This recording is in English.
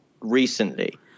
recently